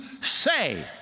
say